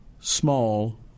small